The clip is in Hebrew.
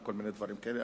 וכל מיני דברים כאלה.